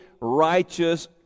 righteous